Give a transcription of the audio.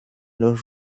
los